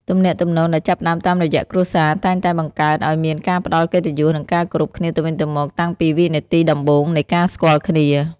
ទំនាក់ទំនងដែលចាប់ផ្តើមតាមរយៈគ្រួសារ តែងតែបង្កើតឱ្យមានការផ្ដល់កិត្តិយស និងការគោរពគ្នាទៅវិញទៅមកតាំងពីវិនាទីដំបូងនៃការស្គាល់គ្នា។